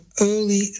early